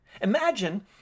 Imagine